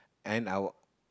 and our